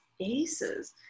aces